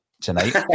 tonight